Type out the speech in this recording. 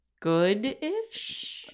good-ish